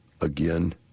again